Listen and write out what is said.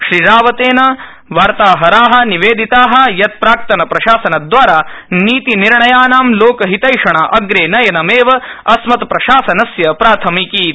श्रीरावतेन वार्ताहरा निवेदिता यत् प्राक्तनप्रशासन द्वारा नीतनिर्णयानाम् लोकहितैषणा अग्रेनयनमेव अस्मत्प्रशासनस्य प्राथमिकीति